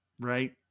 right